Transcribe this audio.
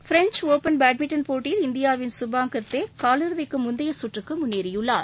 French Open badminton போட்டியில் இந்தியாவின் சுபான்கர் தே காலிறுதிக்கு முந்தைய சுற்றுக்கு முன்னேறியுள்ளார்